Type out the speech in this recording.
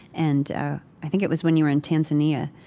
and i think it was when you were in tanzania.